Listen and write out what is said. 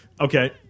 Okay